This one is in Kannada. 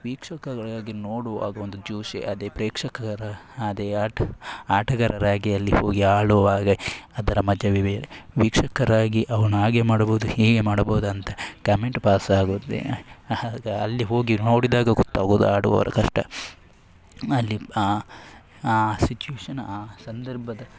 ವೀಕ್ಷಕಗಳಾಗಿ ನೋಡುವಾಗ ಒಂದು ಜೋಶ್ ಅದೇ ಪ್ರೇಕ್ಷಕರ ಅದೇ ಆಟ ಆಟಗಾರರಾಗಿ ಅಲ್ಲಿ ಹೋಗಿ ಆಡುವಾಗ ಅದರ ಮಜವೇ ಬೇರೆ ವೀಕ್ಷಕರಾಗಿ ಅವನು ಹಾಗೆ ಮಾಡಬೌದು ಹೀಗೆ ಮಾಡಬೌದು ಅಂತ ಕಮೆಂಟ್ ಪಾಸಾಗೋದು ಆಗ ಅಲ್ಲಿ ಹೋಗಿ ನೋಡಿದಾಗ ಗೊತ್ತಾಗುವುದು ಆಡುವವರ ಕಷ್ಟ ಅಲ್ಲಿ ಆ ಆ ಸಿಚುಯೇಷನ್ ಆ ಸಂದರ್ಭದ